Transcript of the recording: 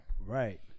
Right